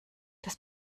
das